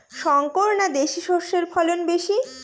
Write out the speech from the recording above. শংকর না দেশি সরষের ফলন বেশী?